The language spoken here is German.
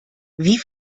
wie